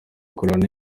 gukorana